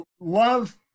love